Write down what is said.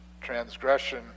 transgression